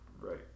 Right